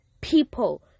people